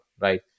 right